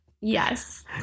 Yes